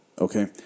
Okay